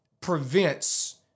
prevents